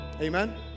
Amen